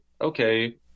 Okay